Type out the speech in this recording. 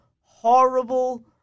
horrible